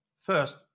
first